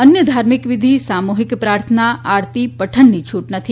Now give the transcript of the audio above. અન્ય ધાર્મિક વિધિ સામૂહિક પ્રાર્થના આરતી પઠનની છૂટ નથી